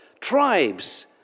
Tribes